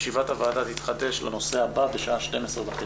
הישיבה ננעלה בשעה 10:53.